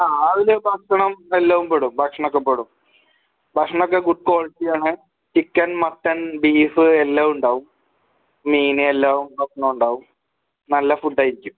ആ ആ ഒര് ഭക്ഷണം എല്ലാം പെടും ഭക്ഷണം ഒക്കെ പെടും ഭക്ഷണം ഒക്കെ ഗുഡ് ക്വാളിറ്റി ആണ് ചിക്കൻ മട്ടൻ ബീഫ് എല്ലാം ഉണ്ടാവും മീന് എല്ലാം ഭഷണം ഉണ്ടാവും നല്ല ഫുഡ് ആയിരിക്കും